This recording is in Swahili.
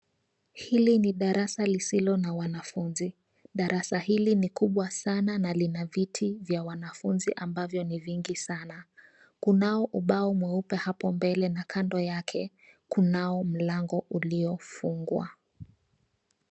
Hili ni darasa lisilo na wanafuzi. Darasa hili ni kubwa sana na lina viti vya wanafuzi ambavyo ni vingi sana. Kunao ubao mweupe apo mbele na kando yake kunao mlango uliofungwa.